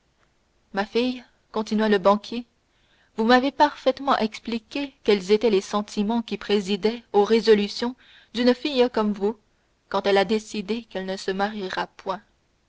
ma fille continua le banquier vous m'avez parfaitement expliqué quels étaient les sentiments qui présidaient aux résolutions d'une fille comme vous quand elle a décidé qu'elle ne se mariera point